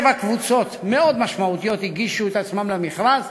שבע קבוצות מאוד משמעותיות הגישו את עצמן למכרז.